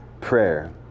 prayer